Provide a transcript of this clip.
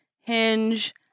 Hinge